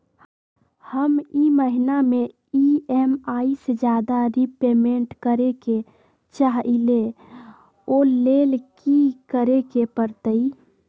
हम ई महिना में ई.एम.आई से ज्यादा रीपेमेंट करे के चाहईले ओ लेल की करे के परतई?